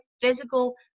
physical